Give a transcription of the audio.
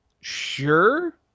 sure